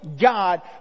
God